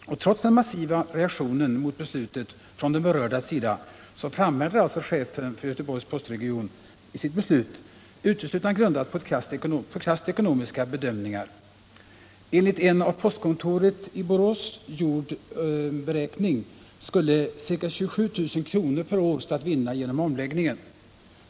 Trots den massiva reaktionen mot beslutet från de berördas sida framhärdar alltså chefen för Göteborgs postregion med att hålla fast vid sitt beslut, som uteslutande är grundat på krasst ekonomiska beräkningar. Enligt en av postkontoret i Borås gjord beräkning skulle ca 27 000 kr. per år stå att vinna på omläggningen.